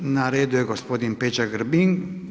Na redu je gospodin Peđa Grbin.